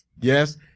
Yes